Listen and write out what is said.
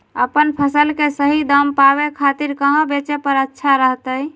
अपन फसल के सही दाम पावे खातिर कहां बेचे पर अच्छा रहतय?